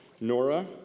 Nora